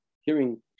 hearing